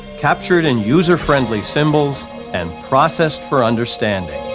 captured in user friendly symbols and processed for understanding.